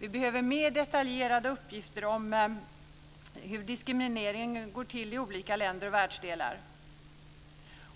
Vi behöver mer detaljerade uppgifter om hur diskrimineringen nu går till i olika länder och världsdelar.